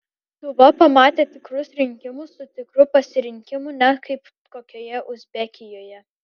lietuva pamatė tikrus rinkimus su tikru pasirinkimu ne kaip kokioje uzbekijoje